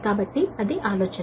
కాబట్టి అది ఆలోచన